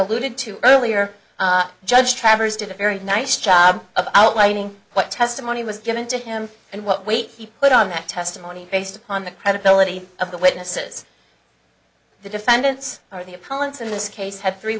alluded to earlier judge travers did a very nice job of outlining what testimony was given to him and what weight he put on that testimony based upon the credibility of the witnesses the defendants or the opponents in this case have three